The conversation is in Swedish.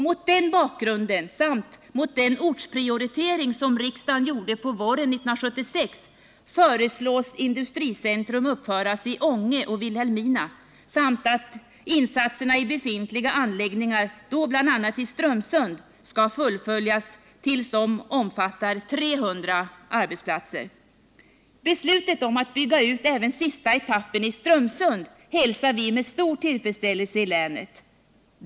Mot denna bakgrund samt mot bakgrund av den ortsprioritering som riksdagen gjorde på våren 1976 föreslås industricentrum uppföras i Ånge och Vilhelmina. Vidare föreslås att insatserna i befintliga anläggningar, då bl.a. i Strömsund, skall fullföljas tills de omfattar 300 arbetsplatser. Beslutet om att bygga ut även sista etappen i Strömsund hälsar vi med stor tillfredsställelse i länet.